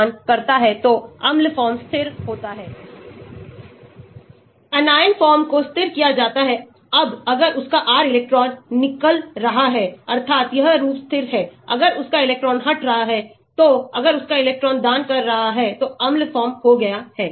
अगर R है तो अम्ल फॉर्म को स्थिर किया जाता है इलेक्ट्रॉन दान anion फॉर्म को स्थिर किया जाता है अब अगर उसका R इलेक्ट्रॉन निकाल रहा है अर्थात यह रूप स्थिर है अगर उसका इलेक्ट्रॉन हट रहा है तोअगर उसका इलेक्ट्रॉन दान कर रहा है तो अम्ल फॉर्म हो गया है